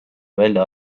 välja